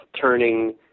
turning